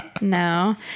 No